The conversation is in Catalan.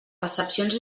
recepcions